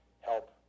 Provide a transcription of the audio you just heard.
help